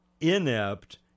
inept